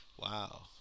wow